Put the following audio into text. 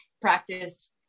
practice